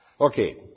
Okay